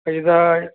इदा